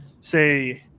say